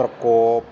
ਪ੍ਰਕੋਪ